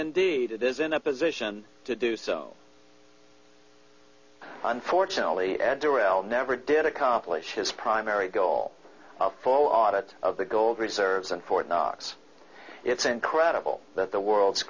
indeed it is in a position to do so unfortunately at doral never did accomplish his primary goal a full audit of the gold reserves in fort knox it's incredible that the world's